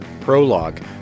prologue